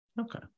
okay